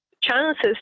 chances